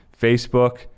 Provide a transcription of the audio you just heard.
Facebook